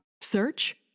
Search